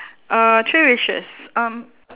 uh three wishes um